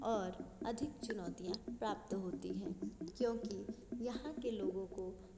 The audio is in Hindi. और अधिक चुनौतियाँ प्राप्त होती हैं क्योंकि यहाँ के लोगों को